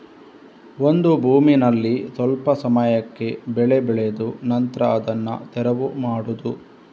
ಒಂದು ಭೂಮಿನಲ್ಲಿ ಸ್ವಲ್ಪ ಸಮಯಕ್ಕೆ ಬೆಳೆ ಬೆಳೆದು ನಂತ್ರ ಅದನ್ನ ತೆರವು ಮಾಡುದು